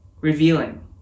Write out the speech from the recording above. revealing